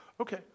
okay